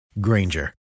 Granger